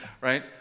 Right